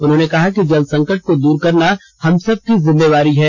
उन्होंने कहा कि जल संकट को दूर करना हम सबकी जिम्मेवारी है